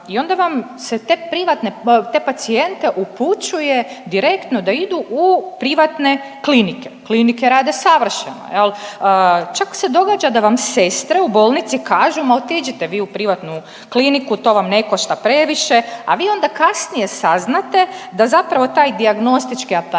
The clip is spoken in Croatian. te privatne te pacijente upućuje direktno da idu u privatne klinike, klinike rade savršeno, čak se događa da vam sestre u bolnici kažu ma otiđite vi u privatnu kliniku to vam ne košta previše, a vi onda kasnije saznate da zapravo taj dijagnostički aparat